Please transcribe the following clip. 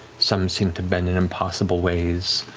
some seem to bend in impossible ways,